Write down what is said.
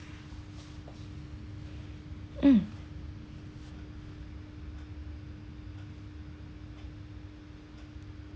mm